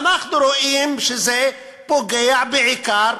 ואנחנו רואים שזה פוגע בעיקר,